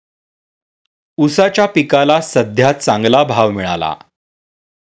ऊसाच्या पिकाला सद्ध्या चांगला भाव मिळाला